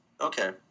Okay